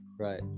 Right